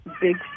Big